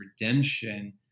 redemption